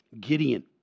Gideon